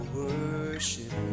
worship